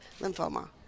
lymphoma